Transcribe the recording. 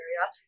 area